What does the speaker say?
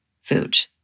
food